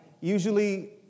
Usually